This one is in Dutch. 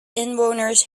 inwoners